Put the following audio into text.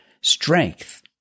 strength